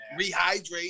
rehydrate